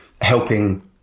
helping